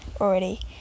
already